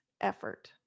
effort